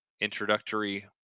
Introductory